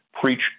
preach